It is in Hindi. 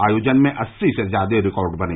आयोजन में अस्सी से ज्यादा रिकॉर्ड बने